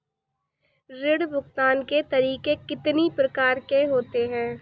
ऋण भुगतान के तरीके कितनी प्रकार के होते हैं?